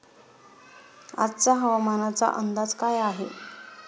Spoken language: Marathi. आजचा हवामानाचा अंदाज काय आहे?